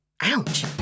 Ouch